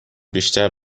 بیشتر